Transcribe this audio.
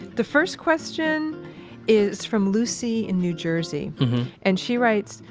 the first question is from lucy in new jersey and she writes,